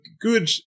good